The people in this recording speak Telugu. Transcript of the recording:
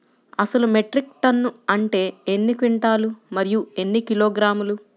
అసలు మెట్రిక్ టన్ను అంటే ఎన్ని క్వింటాలు మరియు ఎన్ని కిలోగ్రాములు?